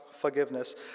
forgiveness